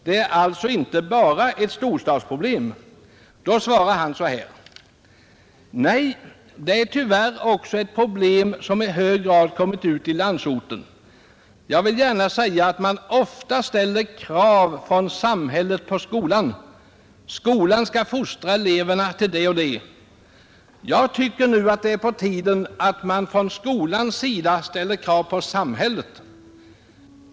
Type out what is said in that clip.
Det är alltså inte bara ett storstadsproblem! ” Härpå svarar generaldirektören: ”Nej, det är tyvärr också ett problem som i hög grad kommit ut i landsorten. Jag vill gärna säga, att man ofta ställer krav från samhället på skolan. Skolan ska fostra eleverna till det och det. Jag tycker nu, att det är på tiden, att man från skolans sida ställer krav på samhället.